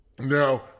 Now